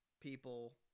people